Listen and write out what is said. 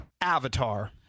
Avatar